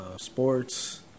sports